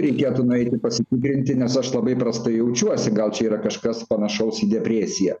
reikėtų nueiti pasitikrinti nes aš labai prastai jaučiuosi gal čia yra kažkas panašaus į depresiją